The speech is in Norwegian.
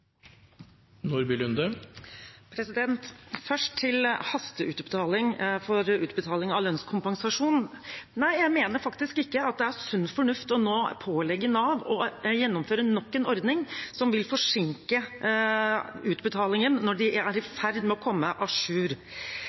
et svar. Først til hasteutbetaling av lønnskompensasjon: Nei, jeg mener faktisk ikke at det er sunn fornuft nå å pålegge Nav å gjennomføre nok en ordning som vil forsinke utbetalingene når de er i ferd med å komme